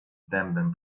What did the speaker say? dębem